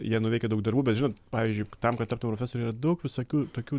jie nuveikė daug darbų bet žinot pavyzdžiui tam kad taptum profesoriu yra daug visokių tokių